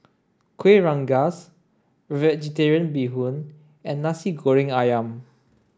Kuih Rengas vegetarian bee hoon and Nasi Goreng Ayam